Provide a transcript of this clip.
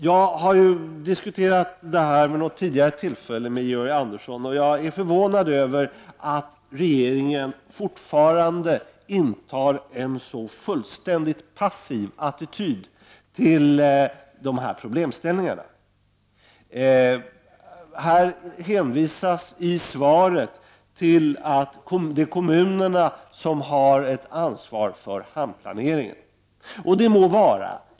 Jag har vid något tidigare tillfälle diskuterat denna fråga med Georg Andersson, och jag är förvånad över att regeringen fortfarande intar en så full ständigt passiv attityd till dessa problem. I svaret hänvisas till att det är kommunerna som har ett ansvar för hamnplaneringen. Det må vara.